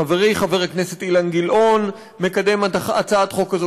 חברי חבר הכנסת אילן גילאון מקדם הצעת חוק כזאת,